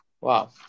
Wow